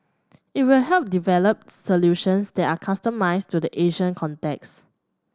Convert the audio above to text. it will help develop solutions that are customised to the Asian context